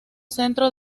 centro